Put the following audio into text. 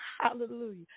hallelujah